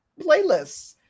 playlists